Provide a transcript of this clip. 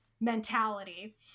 mentality